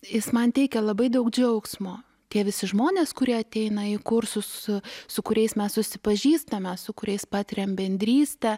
jis man teikia labai daug džiaugsmo tie visi žmonės kurie ateina į kursus su kuriais mes susipažįstame su kuriais patiriam bendrystę